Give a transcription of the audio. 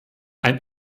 ein